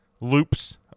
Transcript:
loops